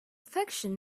fiction